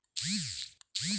पोषक व्यवस्थापन म्हणजे काय?